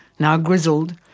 now grizzled,